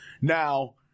Now